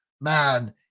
man